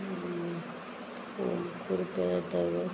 करप्यां जातकच